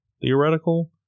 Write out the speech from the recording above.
theoretical